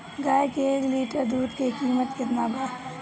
गाय के एक लिटर दूध के कीमत केतना बा?